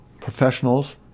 professionals